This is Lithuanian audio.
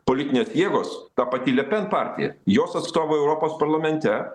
politinės jėgos ta pati lepen partija jos atstovai europos parlamente